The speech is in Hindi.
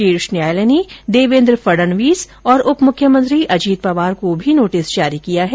शीर्ष न्यायालय ने देवेन्द्र फडणवीस और उप मुख्यमंत्री अजीत पवार को भी नोटिस जारी किया है